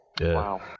Wow